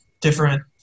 different